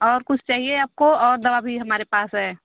और कुछ चाहिए आपको और दवा भी हमारे पास है